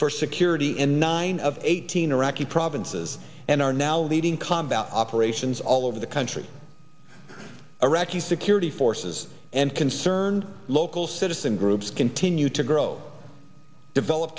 for security and nine of eighteen iraqi provinces and are now leading combat operations all over the country iraqi security forces and concerned local citizens groups continue to grow develop